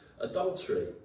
adultery